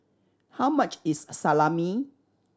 how much is Salami